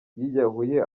biyahuye